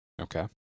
okay